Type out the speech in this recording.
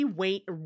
wait